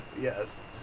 yes